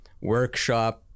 workshop